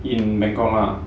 in bangkok lah